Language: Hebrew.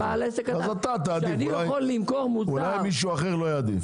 אז אתה תעדיף, אולי מישהו אחר לא יעדיף.